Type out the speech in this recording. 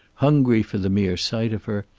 hungry for the mere sight of her,